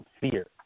fear